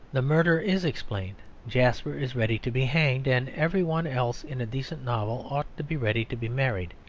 the murder is explained. jasper is ready to be hanged, and every one else in a decent novel ought to be ready to be married.